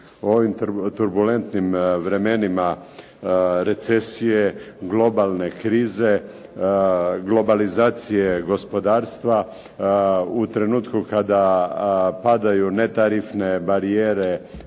U ovim turbulentnim vremenima recesije, globalne krize, globalizacije gospodarstva, u trenutku kada padaju netarifne barijere